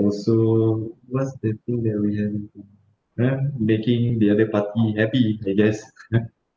also what's the thing that we had in common uh making the other party happy I guess